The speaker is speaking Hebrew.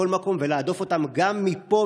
להדוף אותם בכל מקום ולהדוף אותם גם מפה,